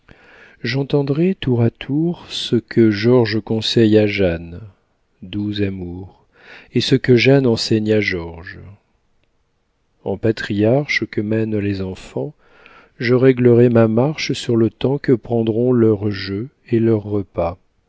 j'entendrai tour à tour ce que georges conseille à jeanne doux amour et ce que jeanne enseigne à george en patriarche que mènent les enfants je réglerai ma marche sur le temps que prendront leurs jeux et leurs repas